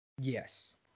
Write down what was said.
Yes